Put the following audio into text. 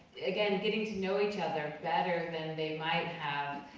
again getting to know each other better than they might have